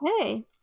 Okay